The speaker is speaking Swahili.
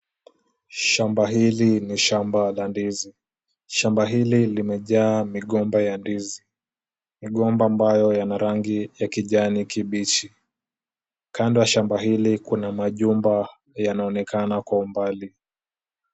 Shamba hili ni shamba la ndizi. Shamba hili limejaa migomba ya ndizi. Migomba ambayo yana rangi ya kijani kibichi. Kando ya shamba hili kuna majumba yanaonekana kwa umbali